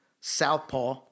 Southpaw